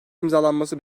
imzalanması